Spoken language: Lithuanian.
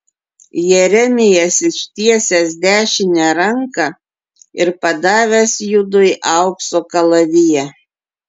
jeremijas ištiesęs dešinę ranką ir padavęs judui aukso kalaviją